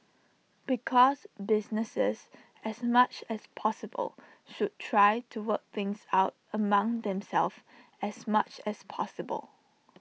because businesses as much as possible should try to work things out among themselves as much as possible